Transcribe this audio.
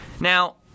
Now